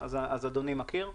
אז אדוני מכיר.